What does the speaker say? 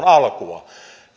alkua niin